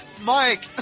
Mike